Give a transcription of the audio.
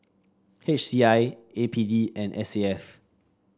H C I A P D and S A F